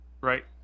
right